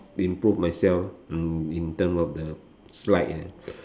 improve myself mm in terms of the slides eh